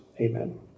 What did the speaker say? Amen